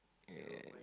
okay